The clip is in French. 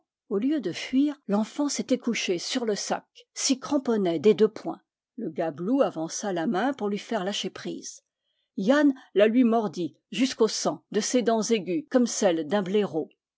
au lieu de fuir l'enfant s'était couché sur le sac s'y cramponnait des deux poings le gabelou avança la main pour lui faire lâcher prise yann la lui mordit jusqu'au sang de ses dents aiguës comme celles d'un blaireau